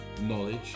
knowledge